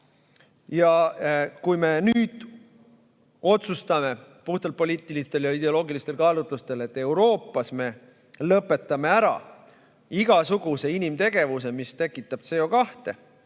Ja kui me nüüd otsustame puhtalt poliitilistel ja ideoloogilistel kaalutlustel, et Euroopas me lõpetame ära igasuguse inimtegevuse, mis tekitab CO2,